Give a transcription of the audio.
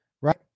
right